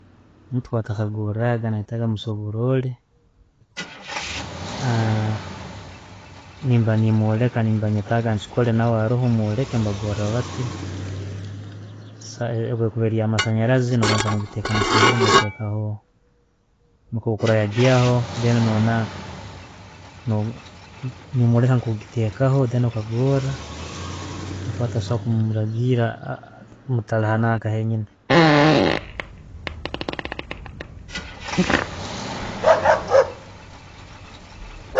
Muntu atta goraga neyetaga omusoborole nemba nimwoleka nimba netaga nchikore naawe aroho mworeke ne bagora bati. Se- bwekuba eri yamasanyarazi no banza nogitekamu ha masanyarazi nikwo yagyaho, then no nanka, nomworekya nko gitaho then okagora habwokuba tosobora kumuragira mutali hananka henyini.